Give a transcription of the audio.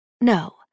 No